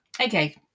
Okay